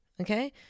Okay